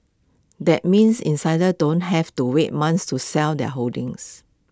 that means insiders don't have to wait months to sell their holdings